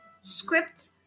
script